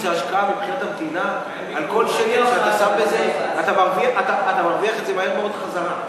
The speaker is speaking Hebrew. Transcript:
זו השקעה מבחינת המדינה: כל שקל שאתה שם בזה אתה מרוויח מהר מאוד חזרה.